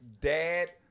dad